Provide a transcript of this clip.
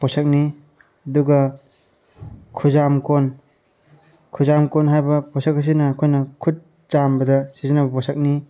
ꯄꯣꯠꯁꯛꯅꯤ ꯑꯗꯨꯒ ꯈꯨꯖꯥꯝ ꯀꯣꯟ ꯈꯨꯖꯥꯝ ꯀꯣꯟ ꯍꯥꯏꯕ ꯄꯣꯠꯁꯛ ꯑꯁꯤ ꯑꯩꯈꯣꯏꯅ ꯈꯨꯠ ꯆꯥꯝꯕꯗ ꯁꯤꯖꯤꯟꯅꯕ ꯄꯣꯠꯁꯛꯅꯤ